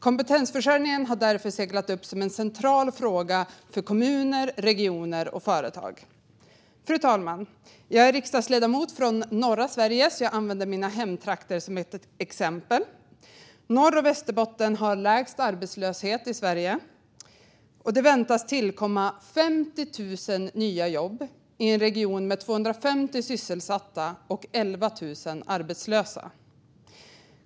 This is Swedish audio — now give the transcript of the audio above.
Kompetensförsörjningen har därför seglat upp som en central fråga för kommuner, regioner och företag. Fru talman! Jag är riksdagsledamot från norra Sverige, så jag använder mina hemtrakter som ett exempel. Norrbotten och Västerbotten har lägst arbetslöshet i Sverige. Det väntas tillkomma 50 000 nya jobb i en region med 250 000 sysselsatta och 11 000 arbetslösa.